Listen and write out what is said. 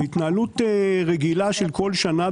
זו התנהלות רגילה של כל שנה.